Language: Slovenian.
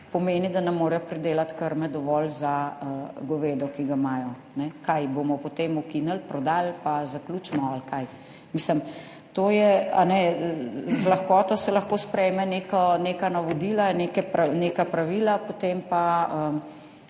pomeni, da ne morejo pridelati dovolj krme za govedo, ki ga imajo. Bomo potem ukinili, prodali pa zaključimo? Ali kaj? Z lahkoto se lahko sprejme neka navodila, neka pravila, potem pa